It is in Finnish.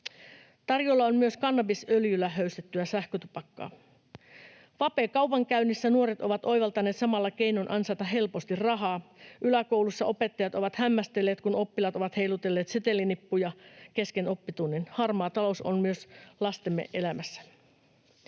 Tarjolla on myös kannabisöljyllä höystettyä sähkötupakkaa. Vapekaupankäynnissä nuoret ovat oivaltaneet samalla keinon ansaita helposti rahaa. Yläkoulussa opettajat ovat hämmästelleet, kun oppilaat ovat heilutelleet setelinippuja kesken oppitunnin. Harmaa talous on myös lastemme elämässä.